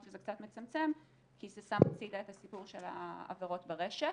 שזה קצת מצמצם כי זה שם הצידה את הסיפור של העבירות ברשת.